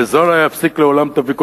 וזה לא יפסיק לעולם את הוויכוח,